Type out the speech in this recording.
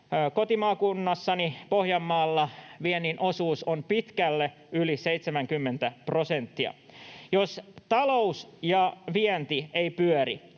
Kotimaakunnassani Pohjanmaalla viennin osuus on pitkälle yli 70 prosenttia. Jos talous ja vienti eivät pyöri,